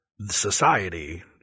society